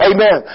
Amen